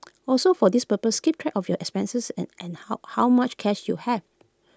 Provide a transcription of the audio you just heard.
also for this purpose keep track of your expenses and and how how much cash you have